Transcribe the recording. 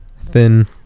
Thin